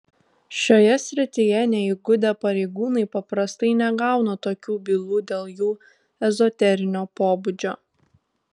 šioje srityje neįgudę pareigūnai paprastai negauna tokių bylų dėl jų ezoterinio pobūdžio